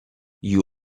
you